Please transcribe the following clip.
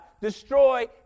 destroy